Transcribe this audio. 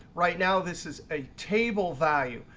right now this is a table value.